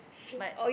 but